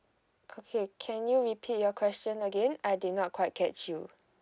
okay can you repeat your question again I did not quite catch you